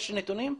יש נתונים?